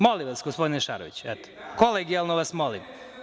Molim vas, gospodine Šaroviću, kolegijalno vas molim.